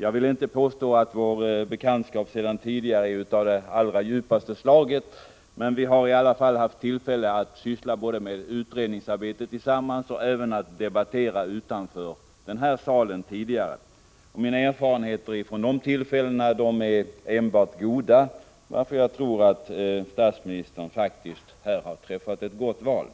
Jag vill inte påstå att vår bekantskap sedan tidigare är av det allra djupaste slaget, men vi har i alla fall haft tillfälle både att syssla med utredningsarbete tillsammans och att debattera utanför den här salen. Mina erfarenheter från dessa tillfällen är enbart goda, varför jag tror att statsministern faktiskt här har träffat ett gott val.